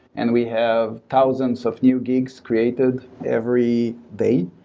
and we have thousands of new gigs created every day.